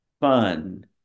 fun